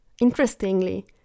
Interestingly